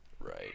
Right